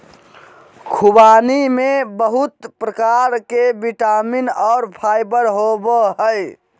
ख़ुबानी में बहुत प्रकार के विटामिन और फाइबर होबय हइ